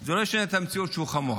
זה לא ישנה את המציאות, הוא חמור.